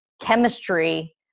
chemistry